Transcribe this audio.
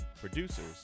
producers